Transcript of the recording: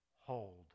hold